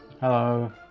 Hello